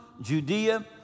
Judea